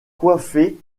coiffé